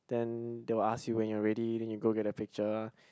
then they will ask you when you're ready then you go get the picture